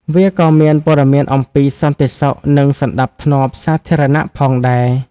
វាក៏មានព័ត៌មានអំពី សន្តិសុខ និងសណ្ដាប់ធ្នាប់សាធារណៈ ផងដែរ។